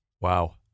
Wow